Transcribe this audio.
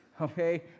okay